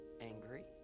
angry